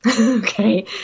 Okay